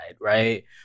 right